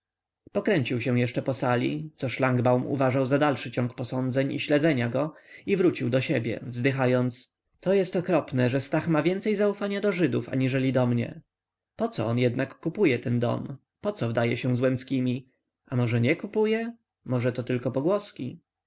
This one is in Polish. żyd pokręcił się jeszcze po sali co szlangbaum uważał za dalszy ciąg posądzeń i śledzenia go i wrócił do siebie wzdychając to jest okropne że stach ma więcej zaufania do żydów aniżeli do mnie poco on jednak kupuje ten dom poco wdaje się z łęckimi a może nie kupuje może to tylko pogłoski